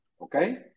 okay